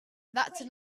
that